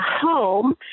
home